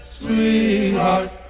sweetheart